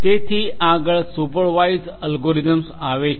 તેથી આગળ supervised algorithms આવે છે